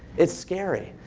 it's scary.